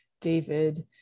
David